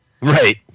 right